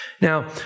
Now